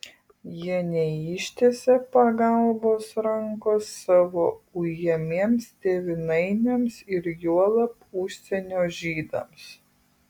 jie neištiesė pagalbos rankos savo ujamiems tėvynainiams ir juolab užsienio žydams